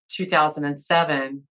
2007